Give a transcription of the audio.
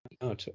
no